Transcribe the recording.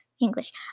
english